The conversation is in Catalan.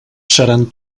seran